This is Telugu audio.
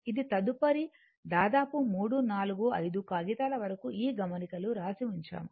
ఇది తదుపరి దాదాపు 3 4 5 కాగితాల వరకు ఈ గమనికలు రాసి ఉంచాము